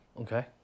okay